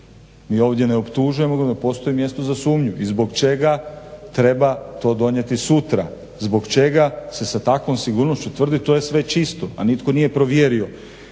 Mi ovdje ne optužujemo nego postoji mjesto za sumnju i zbog čega treba to donijeti sumnja. Zbog čega se sa takvom sigurnošću tvrdi, to je sve čisto a nitko nije provjerio.